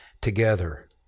together